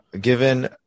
Given